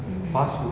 mmhmm